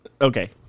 Okay